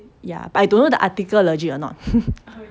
ya but I don't know the article legit or not